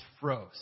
froze